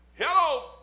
Hello